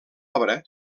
obra